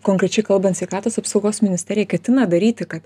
konkrečiai kalbant sveikatos apsaugos ministerija ketina daryti kad